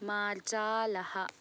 मार्जालः